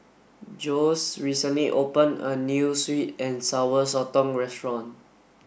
Jose recently opened a new Sweet and Sour Sotong restaurant